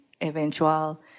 eventual